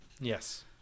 Yes